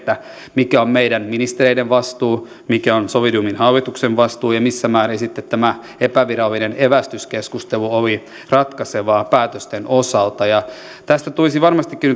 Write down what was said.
mikä on meidän ministereiden vastuu mikä on solidiumin hallituksen vastuu ja missä määrin sitten tämä epävirallinen evästyskeskustelu oli ratkaisevaa päätösten osalta tästä tulisi varmastikin